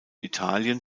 italien